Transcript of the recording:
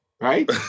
right